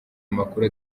amakuru